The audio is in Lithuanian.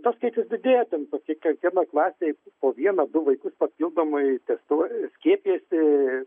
tas skaičius didėja ten kiekvienoj klasėj po vieną du vaikus papildomai testuoja skiepijasi